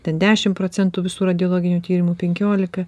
ten dešim procentų visų radiologinių tyrimų penkiolika